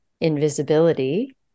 invisibility